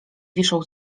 wiszą